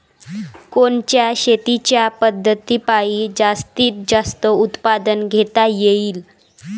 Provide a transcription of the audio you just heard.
कोनच्या शेतीच्या पद्धतीपायी जास्तीत जास्त उत्पादन घेता येईल?